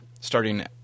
starting